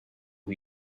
who